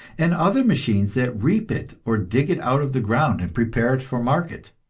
and other machines that reap it or dig it out of the ground and prepare it for market.